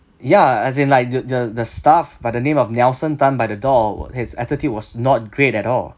ya as in like the the the staff by the name of nelson tan by the door his attitude was not great at all